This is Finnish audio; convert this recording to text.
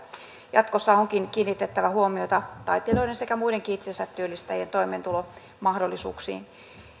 jatkossa onkin kiinnitettävä huomiota taiteilijoiden sekä muidenkin itsensä työllistävien toimeentulomahdollisuuksiin